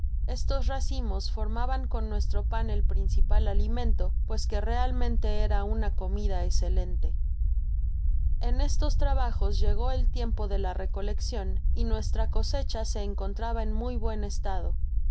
estos racimos formaban con nuestro pan el principal alimento pues que realmente era una comida escelente en estes trabajos llegó el tiempo de la recoleccion y nuestra cosecha se encontraba en muy buen estado